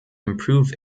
improve